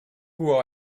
who